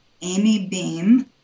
amybeam